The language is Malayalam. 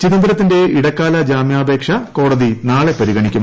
ചിദംബരത്തിന്റെ ഇടക്കാല ജാമ്യാപേക്ഷ കോടതി നാളെ പരിഗണിക്കും